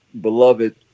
beloved